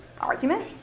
argument